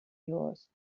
yours